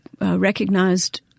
recognized